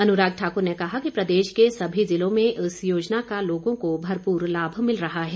अनुराग ठाकुर ने कहा कि प्रदेश के सभी जिलों में इस योजना का लोगों को भरपूर लाभ मिल रहा है